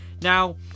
Now